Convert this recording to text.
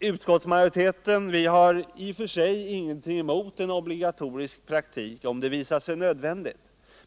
Utskottsmajoriteten har i och för sig ingenting emot obligatorisk praktik om detta visar sig nödvändigt.